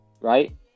right